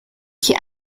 qui